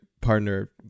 partner